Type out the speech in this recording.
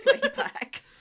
playback